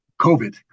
COVID